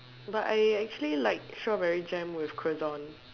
but I actually like strawberry jam with croissant